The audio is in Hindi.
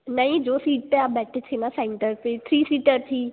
नहीं जो सीट पर आप बैठे थे ना सेंटर पर थ्री सीटर थी